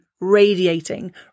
radiating